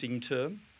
term